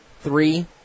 Three